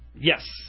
Yes